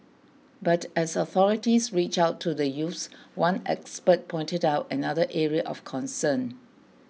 but as authorities reach out to the youths one expert pointed out another area of concern